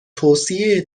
توصیه